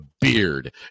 beard